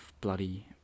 bloody